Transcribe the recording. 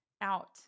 out